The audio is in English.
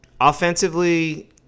Offensively